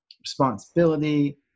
responsibility